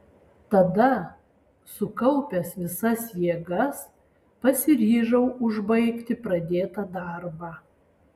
tada sukaupęs visas jėgas pasiryžau užbaigti pradėtą darbą